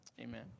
Amen